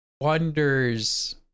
wonders